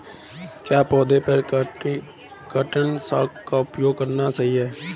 क्या पौधों पर कीटनाशक का उपयोग करना सही है?